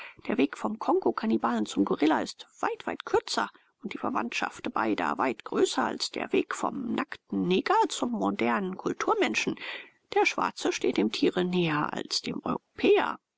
der weg vom kongokannibalen zum gorilla ist weit weit kürzer und die verwandtschaft beider weit größer als der weg vom nackten neger zum modernen kulturmenschen der schwarze steht dem tiere näher als dem europäer